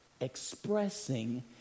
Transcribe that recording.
expressing